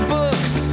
books